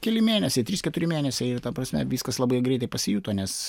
keli mėnesiai trys keturi mėnesiai ta prasme viskas labai greitai pasijuto nes